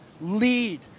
lead